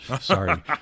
Sorry